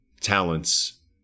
talents